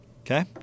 Okay